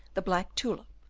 the black tulip,